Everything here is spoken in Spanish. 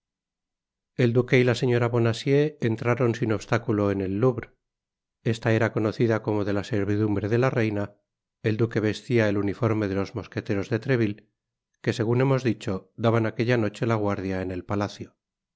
el duque y la señora bonacieux entraron sin obstáculo en el louvre esta era conocida como de la servidumbre de la reina el duque vestia el uniforme de los mosqueteros de treville que segun hemos dicho daban aquella noche la guardia en el palacio